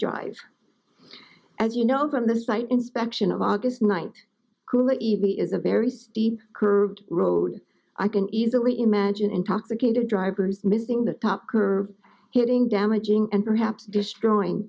drive as you know from the site inspection of august night coulibaly is a very steep curved road i can easily imagine intoxicated drivers missing the top curve hitting damaging and perhaps destroying